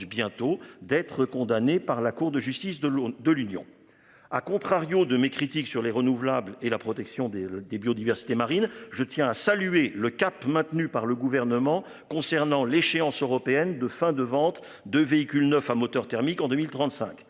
bientôt d'être condamnée par la Cour de justice de l'eau de l'Union. À contrario de mes critiques sur les renouvelables et la protection des des biodiversité marine, je tiens à saluer le cap maintenu par le gouvernement concernant l'échéance européenne de fin de ventes de véhicules neufs à moteur thermique en 2035